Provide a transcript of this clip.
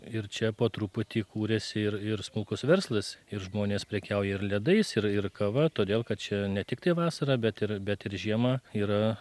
ir čia po truputį kūrėsi ir ir smulkus verslas ir žmonės prekiauja ir ledais ir ir kava todėl kad čia ne tiktai vasarą bet ir bet ir žiemą yra